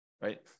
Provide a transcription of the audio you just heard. right